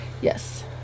yes